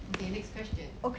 okay next question